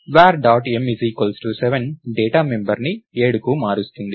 Var dot m 7 data మెంబర్ని 7కి మారుస్తుంది